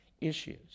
issues